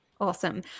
Awesome